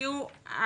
תראו,